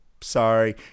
sorry